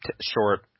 short